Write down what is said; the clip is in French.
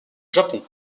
japon